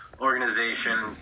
organization